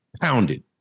Pounded